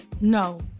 No